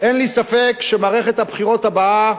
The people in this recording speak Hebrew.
אין לי ספק שמערכת הבחירות הבאה,